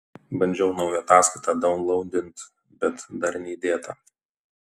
bandžiau naują ataskaitą daunlaudint bet dar neįdėta